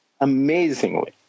amazingly